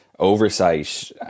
oversight